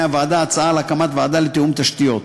הוועדה הצעה להקמת ועדה לתיאום תשתיות.